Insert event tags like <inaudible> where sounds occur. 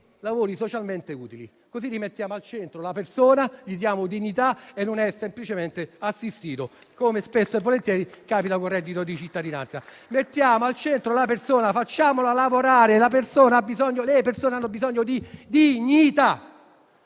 lavori socialmente utili. In tal modo rimettiamo al centro la persona, le diamo dignità e non semplicemente assistenza, come spesso e volentieri capita con il reddito di cittadinanza. <applause> Mettiamo al centro la persona, facciamola lavorare. Le persone hanno bisogno di dignità.